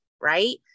Right